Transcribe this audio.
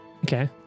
Okay